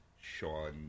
Sean